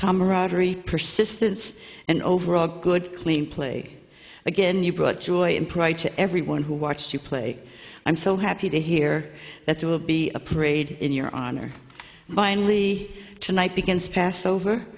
camaraderie persistence and overall good clean play again you brought joy and pride to everyone who watched you play i'm so happy to hear that there will be a parade in your honor finally tonight begins passover